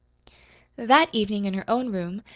that evening, in her own room,